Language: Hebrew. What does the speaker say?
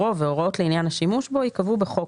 יחולו ההוראות שלהלן: בחוק